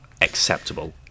acceptable